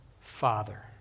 Father